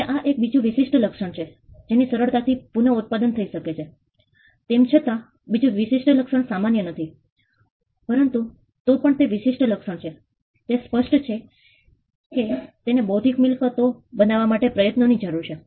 હવે આ એક બીજું વિશિષ્ટ લક્ષણ છે જેની સરળતા થી પુનઃઉત્પાદન થઇ શકે છે તેમ છતાં બીજું વિશિષ્ટ લક્ષણ સામાન્ય નથી પરંતુ તોપણ તે વિશિષ્ટ લક્ષણ છે તે સ્પષ્ટ છે કે તેને બૌદ્ધિક મિલકતો બનાવવા માટે પ્રયત્નો ની જરૂર છે